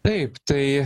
taip tai